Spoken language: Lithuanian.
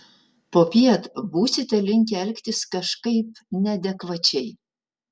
popiet būsite linkę elgtis kažkaip neadekvačiai